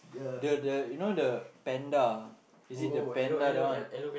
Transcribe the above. the the you know the panda is it the panda that one